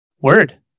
Word